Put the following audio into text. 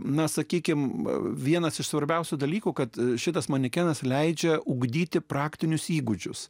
na sakykime vienas iš svarbiausių dalykų kad šitas manekenas leidžia ugdyti praktinius įgūdžius